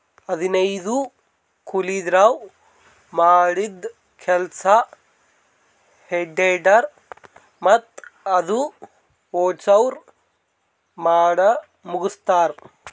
ಹದನೈದು ಕೂಲಿದವ್ರ್ ಮಾಡದ್ದ್ ಕೆಲ್ಸಾ ಹೆ ಟೆಡ್ಡರ್ ಮತ್ತ್ ಅದು ಓಡ್ಸವ್ರು ಮಾಡಮುಗಸ್ತಾರ್